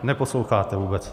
Neposloucháte vůbec.